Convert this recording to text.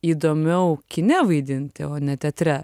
įdomiau kine vaidinti o ne teatre